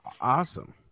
awesome